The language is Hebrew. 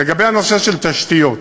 לגבי הנושא של תשתיות